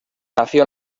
nació